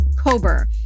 Kober